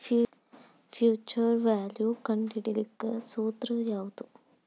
Future value ಕಂಢಿಡಿಲಿಕ್ಕೆ ಸೂತ್ರ ಯಾವ್ದು?